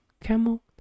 Camel